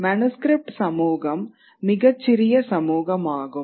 manuscript சமூகம் மிகச் சிறிய சமூகமாகும்